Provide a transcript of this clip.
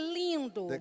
lindo